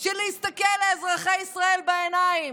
של להסתכל לאזרחי ישראל בעיניים.